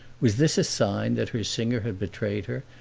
was this a sign that her singer had betrayed her,